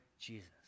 Jesus